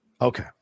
Okay